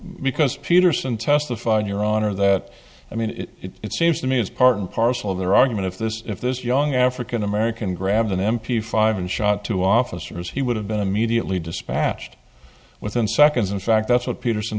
because peterson testified in your honor that i mean it seems to me as part and parcel of their argument if this if this young african american grabbed an m p five and shot two officers he would have been immediately dispatched within seconds in fact that's what peterson